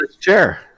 chair